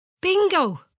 Bingo